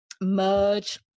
merge